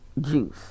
juice